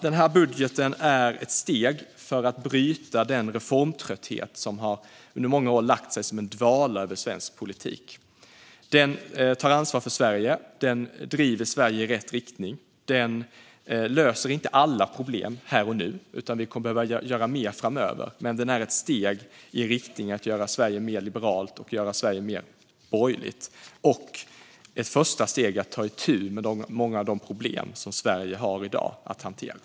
Denna budget är ett steg för att bryta den reformtrötthet som under många år har lagt sig som en dvala över svensk politik. Den tar ansvar för Sverige. Den driver Sverige i rätt riktning. Den löser inte alla problem här och nu - vi kommer att behöva göra mer framöver - men den är ett steg i riktning mot att göra Sverige mer liberalt och göra Sverige mer borgerligt. Ett första steg är att ta itu med många av de problem som Sverige i dag har att hantera.